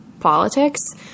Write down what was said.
politics